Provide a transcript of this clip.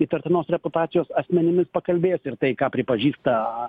įtartinos reputacijos asmenimis pakalbėjo ir tai ką pripažįsta